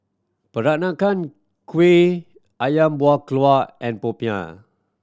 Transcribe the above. Peranakan Kueh Ayam Buah Keluak and popiah